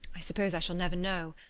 i suppose i shall never know,